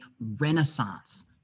renaissance